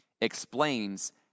explains